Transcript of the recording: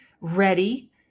ready